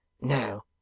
No